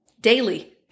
daily